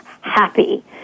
happy